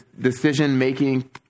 decision-making